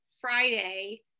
Friday